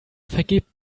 vergebt